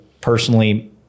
personally